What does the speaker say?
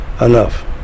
enough